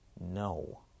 No